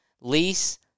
lease